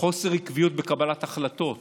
חוסר עקביות בקבלת החלטות